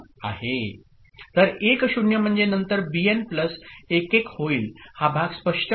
तर 1 0 म्हणजे नंतर बीएन प्लस 1 1 होईल हा भाग स्पष्ट आहे